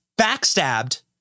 backstabbed